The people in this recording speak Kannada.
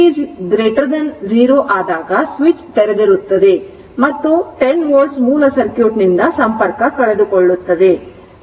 t0 ಆದಾಗ ಸ್ವಿಚ್ ತೆರೆದಿರುತ್ತದೆ ಮತ್ತು 10 ವೋಲ್ಟ್ ಮೂಲ ಸರ್ಕ್ಯೂಟ್ನಿಂದ ಸಂಪರ್ಕ ಕಳೆದುಕೊಳ್ಳುತ್ತದೆ